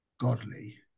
Godly